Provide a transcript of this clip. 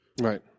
Right